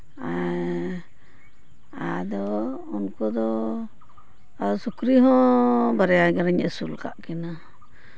ᱟᱫᱚ ᱩᱱᱠᱩ ᱫᱚ ᱥᱩᱠᱨᱤ ᱦᱚᱸ ᱵᱟᱨᱭᱟ ᱜᱟᱱᱤᱧ ᱟᱹᱥᱩᱞ ᱠᱟᱜ ᱠᱤᱱᱟᱹ